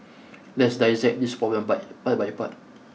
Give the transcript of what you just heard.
let's dissect this problem by part by part